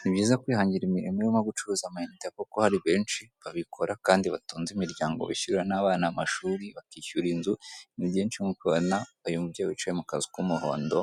Ni byiza kwihangira imirimo irimo nko gucuruza amayinite kuko hari benshi babikora kandi batunze imiryango bishyura n'abana amashuri, bakishyura inzu, ni byinshi ubibona uyu mubyeyi wicaye mu kazu k'umuhondo